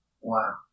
Wow